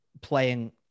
playing